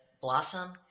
blossom